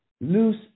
loose